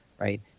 right